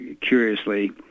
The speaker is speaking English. curiously